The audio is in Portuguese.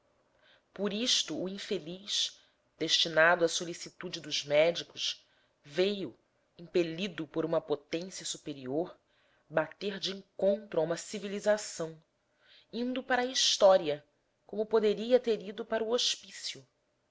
por isto o infeliz destinado à solicitude dos médicos veio impelido por uma potência superior bater de encontro a uma civilização indo para a história como poderia ter ido para o hospício